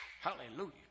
Hallelujah